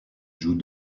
joue